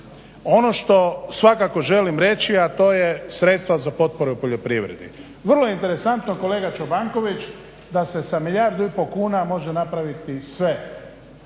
ono što svakako želim reći, a to je sredstva za potpore u poljoprivredi. Vrlo je interesantno kolega Čobanković da se sa milijardu i pol kuna može napraviti sve.